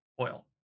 Oil